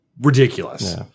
ridiculous